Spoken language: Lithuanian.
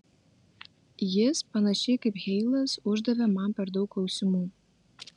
jis panašiai kaip heilas uždavė man per daug klausimų